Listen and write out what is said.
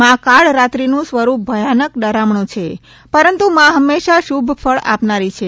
મા કાળરાત્રિનું સ્વરૂપ ભયાનક ડરામણું છે પરંતુ મા હંમેશા શુભ ફળ આપનારી છે